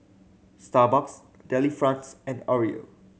Starbucks Delifrance and Oreo